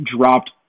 dropped